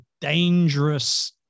dangerous